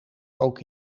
ook